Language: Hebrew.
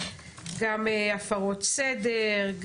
גם הפרות סדר,